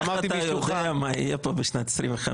שאמרתי באישורך -- איך אתה יודע מה יהיה פה בשנת 2025?